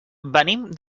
venim